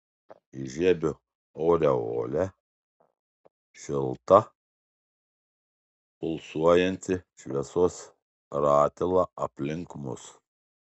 įžiebiu aureolę šiltą pulsuojantį šviesos ratilą aplink mus